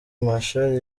machar